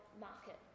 market